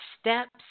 steps